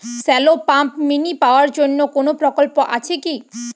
Shallow pump mini power জন্য কোনো প্রকল্প আছে কি?